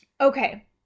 Okay